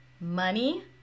money